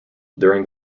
during